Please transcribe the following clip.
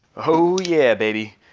oh yeah, baby,